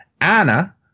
Anna